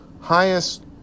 highest